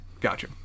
Gotcha